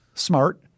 smart